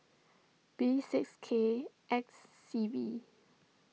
B six K X C V